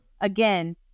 again